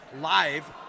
live